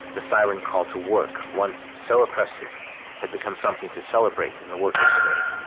the siren call to work once so oppressive had become something to celebrate in the workers state.